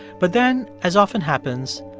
but then as often happens,